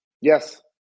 yes